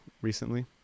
recently